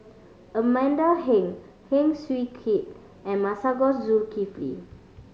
Amanda Heng Heng Swee Keat and Masagos Zulkifli